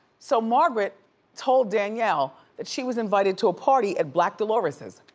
so margaret told danielle that she was invited to a party at black dolores's.